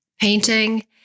painting